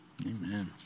Amen